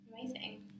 amazing